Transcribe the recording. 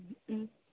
ഉം